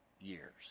years